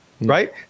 right